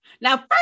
Now